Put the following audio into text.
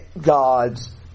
God's